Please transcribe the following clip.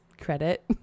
credit